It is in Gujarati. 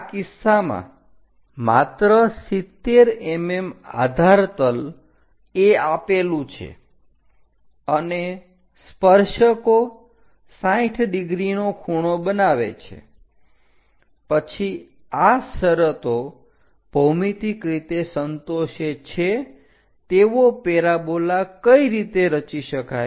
આ કિસ્સામાં માત્ર 70 mm આધાર તલ એ આપેલું છે અને સ્પર્શકો 60 ડિગ્રીનો ખૂણો બનાવે છે પછી આ શરતો ભૌમિતિક રીતે સંતોષે છે તેવો પેરાબોલા કઈ રીતે રચી શકાય